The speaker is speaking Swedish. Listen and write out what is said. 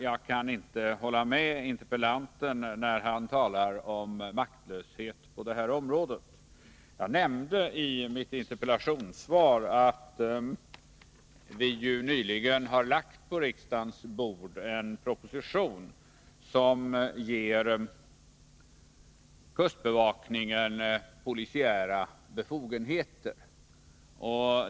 Jag kan inte hålla med interpellanten när han talar om maktlöshet på det här området. Jag nämnde också i mitt interpellationssvar att vi nyligen på riksdagens bord har lagt en proposition, som ger kustbevakningen polisiära befogenheter.